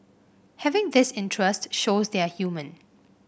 having this interest shows they are human